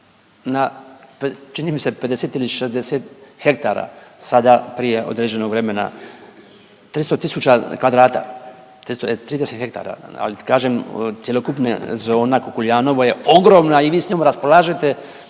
čini mi se 50 ili 60 hektara sada prije određenog vremena, 300 tisuća kvadrata, 30 hektara ali kažem cjelokupna zona Kukuljanovo je ogromna i vi s njom raspolažete